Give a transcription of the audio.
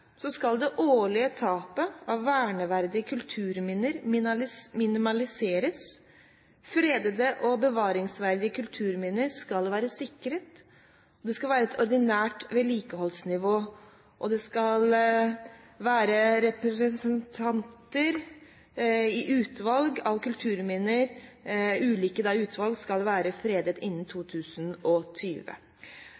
skal det årlige tapet av verneverdige kulturminner minimaliseres, fredede og bevaringsverdige kulturminner skal være sikret, og det skal være et ordinært vedlikeholdsnivå. Det skal også være representanter i ulike utvalg, og kulturminner skal være fredet innen